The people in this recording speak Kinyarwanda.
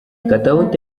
katawuti